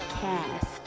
cast